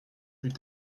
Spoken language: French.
plus